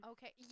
Okay